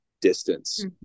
distance